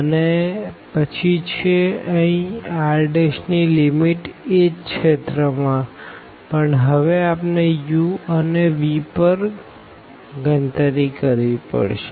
અને પછી છે અહી Rની લીમીટ એજ રીજિયન માંપણ હવે આપણે u અને vપર ગણતરી કરવી પડશે